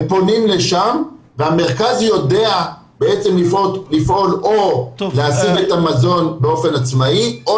הם פונים לשם והמרכז יודע לפעול או להשיג את המזון באופן עצמאי או